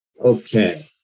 Okay